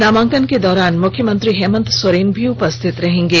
नामांकन के दौरान मुख्यमंत्री हेमंत सोरेन भी उपस्थित रहेंगे